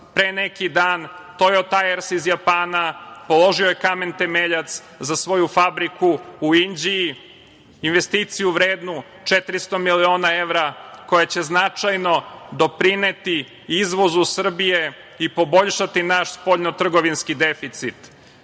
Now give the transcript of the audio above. pre neki dan „Tojo tajers“ iz Japana, položio je kamen temeljac za svoju fabriku u Inđiji, investiciju vrednu 400 miliona evra koja će značajno doprineti izvozu Srbije i poboljšati naš spoljnotrgovinski deficit. Kao